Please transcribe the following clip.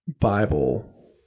Bible